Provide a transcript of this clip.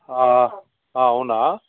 అవునా